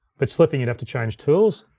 but slipping, you'd have to change tools.